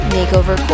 Makeover